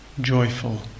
joyful